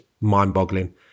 mind-boggling